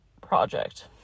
project